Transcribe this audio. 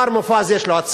מר מופז, יש לו הצעות,